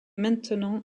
maintenant